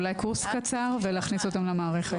אולי קורס קצר ולהכניס אותם למערכת.